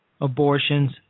abortions